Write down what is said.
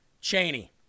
Cheney